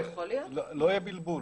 לא יהיה בלבול.